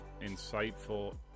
insightful